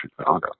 Chicago